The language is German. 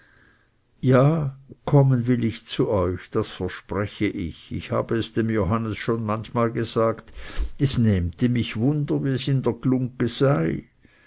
ja kommen will ich zu euch das verspreche ich ich habe es dem johannes schon manchmal gesagt es nähmte mich wunder wie es in der glungge sei